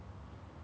remember